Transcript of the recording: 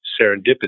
serendipitous